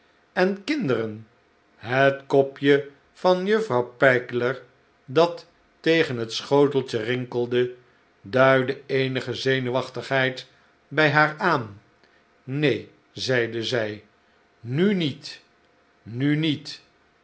en kinderen het kopje van juffrouw pegler dat tegen het schoteltje rinkelde duidde eenige zenuwachtigheid bij haar aan neen zeide zij nu niet nu niet